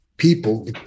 People